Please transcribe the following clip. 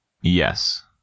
yes